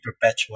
perpetual